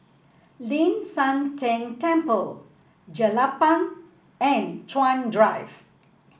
Ling San Teng Temple Jelapang and Chuan Drive